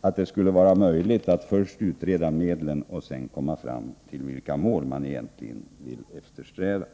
att det skulle vara möjligt att först utreda medlen och sedan komma fram till vilka mål man egentligen vill eftersträva.